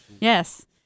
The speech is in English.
Yes